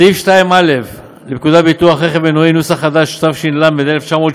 סעיף 2(א) לפקודת ביטוח רכב מנועי , התש"ל 1970,